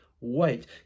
Wait